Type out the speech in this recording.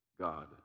God